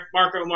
Marco